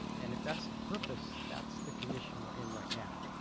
and if that's the purpose, that's the condition we're in right now.